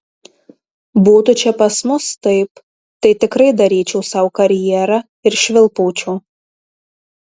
būtų čia pas mus taip tai tikrai daryčiau sau karjerą ir švilpaučiau